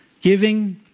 giving